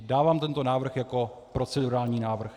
Dávám tento návrh jako procedurální návrh.